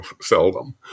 seldom